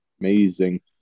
amazing